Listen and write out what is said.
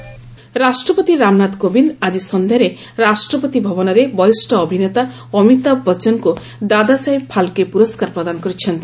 Dadasaheb Phalke award ରାଷ୍ଟ୍ରପତି ରାମନାଥ କୋବିନ୍ଦ ଆଜି ସନ୍ଧ୍ୟାରେ ରାଷ୍ଟ୍ରପତି ଭବନରେ ବରିଷ୍ଣ ଅଭିନେତା ଅମିତାଭ ବଚ୍ଚନଙ୍କୁ ଦାଦାସାହେବ ଫାଲ୍କେ ପୁରସ୍କାର ପ୍ରଦାନ କରିଛନ୍ତି